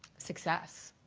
success,